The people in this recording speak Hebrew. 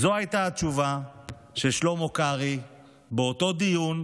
זו הייתה התשובה של שלמה קרעי אליי באותו דיון,